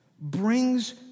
brings